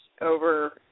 over